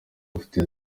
bafite